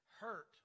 hurt